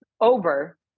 over